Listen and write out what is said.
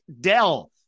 Dell